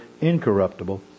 incorruptible